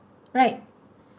right